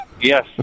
Yes